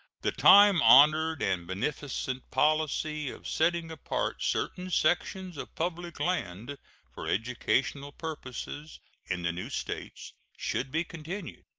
the time-honored and beneficent policy of setting apart certain sections of public land for educational purposes in the new states should be continued.